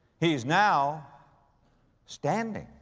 he's now standing.